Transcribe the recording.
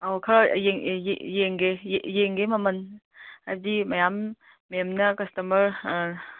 ꯑꯧ ꯈꯔ ꯌꯦꯡꯒꯦ ꯌꯦꯡꯒꯦ ꯃꯃꯜ ꯍꯥꯏꯕꯗꯤ ꯃꯌꯥꯝ ꯃꯦꯝꯅ ꯀꯁꯇꯃꯔ